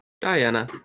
Diana